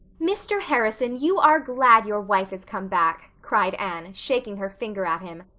mr. harrison, you are glad your wife is come back, cried anne, shaking her finger at him.